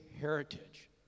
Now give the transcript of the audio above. heritage